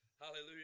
Hallelujah